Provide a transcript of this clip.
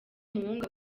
umuhungu